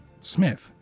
Smith